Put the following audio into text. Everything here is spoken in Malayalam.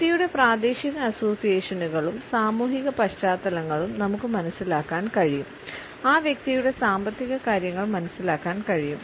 വ്യക്തിയുടെ പ്രാദേശിക അസോസിയേഷനുകളും സാമൂഹിക പശ്ചാത്തലങ്ങളും നമുക്ക് മനസിലാക്കാൻ കഴിയും ആ വ്യക്തിയുടെ സാമ്പത്തിക കാര്യങ്ങൾ മനസ്സിലാക്കാൻ കഴിയും